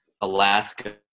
Alaska